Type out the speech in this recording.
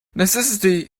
necessity